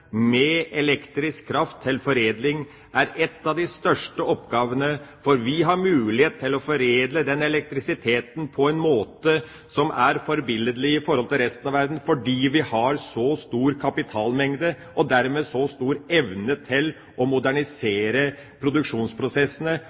med elektrisk kraft til foredling er en av de største oppgavene våre. Vi har mulighet til å foredle elektrisitet på en måte som er forbilledlig i forhold til resten av verden, fordi vi har så stor kapitalmengde og dermed så stor evne til å modernisere